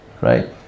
right